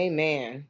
Amen